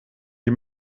die